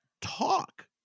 talk